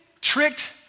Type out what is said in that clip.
tricked